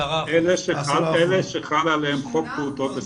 10%. יש את אלה שחל עליהם חוק פעוטות בסיכון,